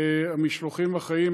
המשלוחים החיים,